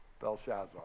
Belshazzar